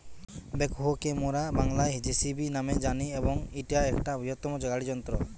backhoe কে মোরা বাংলায় যেসিবি ন্যামে জানি এবং ইটা একটা বৃহত্তম গাড়ি যন্ত্র